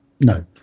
No